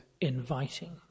inviting